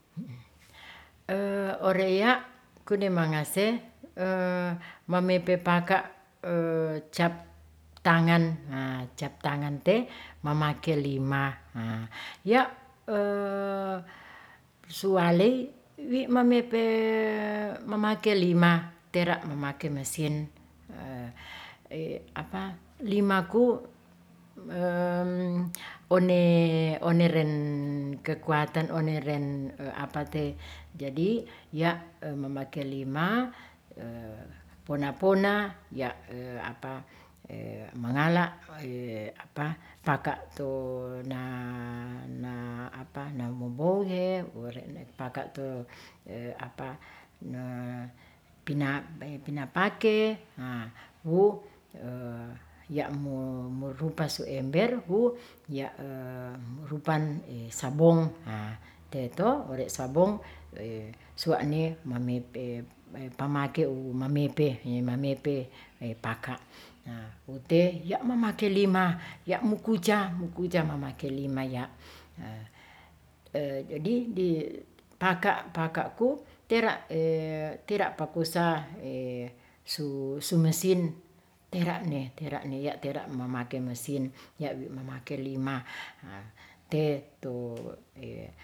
ore' ya kune mangase mamey pe paka' cap tangan, cap tangan te mamake lima. Ya' sualey wi' mamepei mamake lima tera mamake mesin limaku one, oneren kekuatan one ren jadi ya' mamake lima pona pona ya' mangala naumobohe ore' mopaka te pinapake wo ya' mo morupa su ember hu ya' rupan sabong haa te to ore' sabong sua'ne mamete pamake u mamepe, he mamepe paka' nah ute ya' mamake lima, ya' mo kuca, mo kuca mamake lima ya' jadi di paka' paka'ku tera tera pakusa su mesin tera'ne tera'ne ya' tera mamake mesin, ya' wi mamake lima. te to.